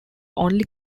only